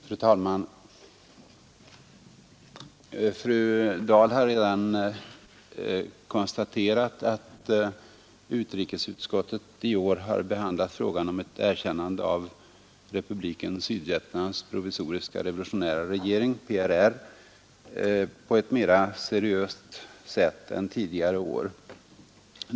Fru talman! Fru Dahl har redan konstaterat att utrikesutskottet i år har behandlat frågan om ett erkännande av Republiken Sydvietnams provisoriska revolutionära regering — PRR på ett mera seriöst sätt än tidigare år.